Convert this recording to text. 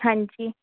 ਹਾਂਜੀ